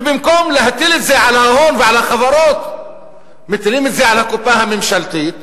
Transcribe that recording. ובמקום להטיל את זה על ההון ועל החברות מטילים את זה על הקופה הממשלתית,